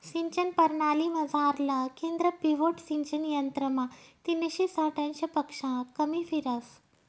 सिंचन परणालीमझारलं केंद्र पिव्होट सिंचन यंत्रमा तीनशे साठ अंशपक्शा कमी फिरस